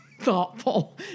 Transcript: thoughtful